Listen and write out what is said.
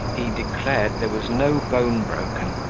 he declared there was no bone broken,